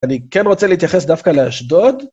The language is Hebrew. אני כן רוצה להתייחס דווקא לאשדוד.